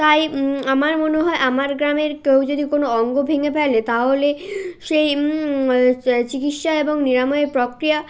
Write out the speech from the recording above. তাই আমার মনে হয় আমার গ্রামের কেউ যদি কোনো অঙ্গ ভেঙে ফেলে তাহলে সেই চিকিৎসা এবং নিরাময় প্রক্রিয়া